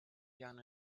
young